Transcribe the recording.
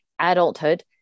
adulthood